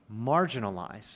marginalized